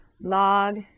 log